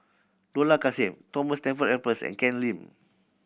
Dollah Kassim Thomas Stamford Raffles and Ken Lim